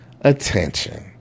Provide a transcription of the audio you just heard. attention